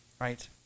right